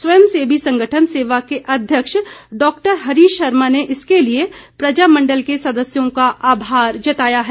स्वयं सेवी संगठन सेवा के अध्यक्ष डॉक्टर हरीश शर्मा ने इसके लिए प्रजामण्डल के सदस्यों का आभार जताया है